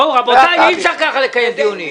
רבותיי, אי אפשר לקיים דיונים כך.